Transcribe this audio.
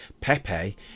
Pepe